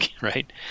right